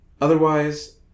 otherwise